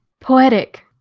Poetic